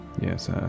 Yes